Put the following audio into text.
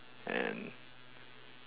and